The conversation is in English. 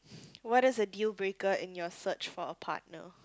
what is a deal breaker in your search for a partner